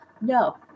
no